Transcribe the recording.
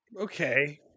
Okay